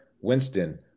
Winston